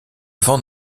vent